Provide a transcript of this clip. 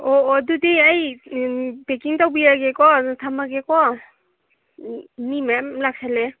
ꯑꯣ ꯑꯣ ꯑꯗꯨꯗꯤ ꯑꯩ ꯄꯦꯛꯀꯤꯡ ꯇꯧꯕꯤꯔꯒꯦꯀꯣ ꯊꯝꯃꯒꯦꯀꯣ ꯃꯤ ꯃꯌꯥꯝ ꯂꯥꯛꯁꯜꯂꯦ